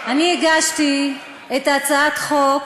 הגשתי הצעת חוק